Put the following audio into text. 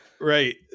right